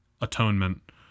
atonement